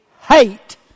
hate